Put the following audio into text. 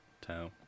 town